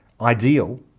ideal